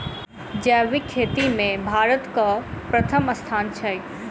जैबिक खेती मे भारतक परथम स्थान छै